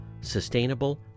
sustainable